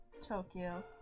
Tokyo